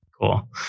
Cool